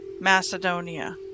Macedonia